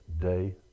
day